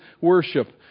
worship